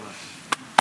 גברתי.